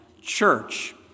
church